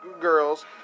girls